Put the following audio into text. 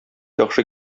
яхшы